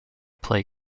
play